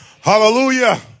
Hallelujah